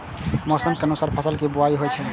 मौसम के अनुसार फसल के बुआइ होइ छै